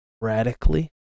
radically